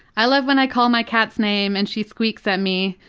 i love when i call my cats name and she squeaks at me.